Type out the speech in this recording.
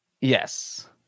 Yes